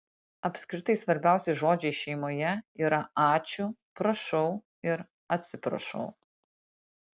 apskritai svarbiausi žodžiai šeimoje yra ačiū prašau ir atsiprašau